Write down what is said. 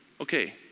Okay